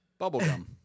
Bubblegum